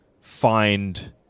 find